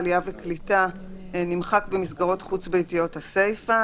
עלייה וקליטה נמחק במסגרות חוץ-ביתיות הסיפה,